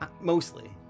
Mostly